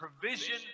provision